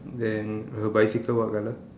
then her bicycle what colour